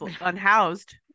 unhoused